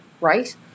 Right